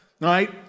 Right